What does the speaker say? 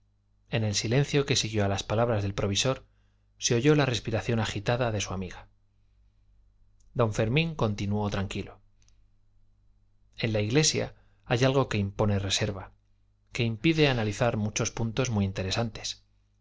en el silencio que siguió a las palabras del provisor se oyó la respiración agitada de su amiga d fermín continuó tranquilo en la iglesia hay algo que impone reserva que impide analizar muchos puntos muy interesantes